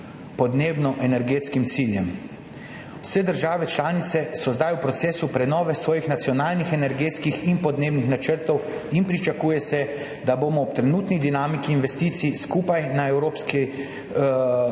podnebno-energetskim ciljem. Vse države članice so zdaj v procesu prenove svojih nacionalnih energetskih in podnebnih načrtov in pričakuje se, da bomo ob trenutni dinamiki investicij skupaj na ravni